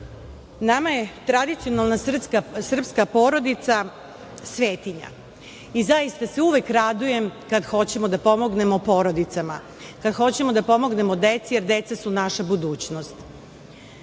nama je tradicionalna srpska porodica svetinja i zaista se uvek radujem kad hoćemo da pomognemo porodicama, kad hoćemo da pomognemo deci, jer deca su naša budućnost.